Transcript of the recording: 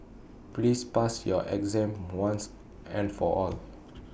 please pass your exam once and for all